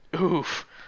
oof